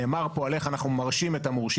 נאמר פה על איך אנחנו מרשים את המורשים